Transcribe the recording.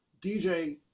DJ